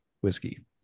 whiskey